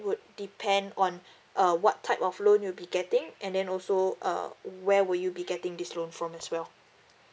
would depend on uh what type of loan you'll be getting and then also uh where will you be getting this loan from as well